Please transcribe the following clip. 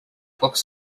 looks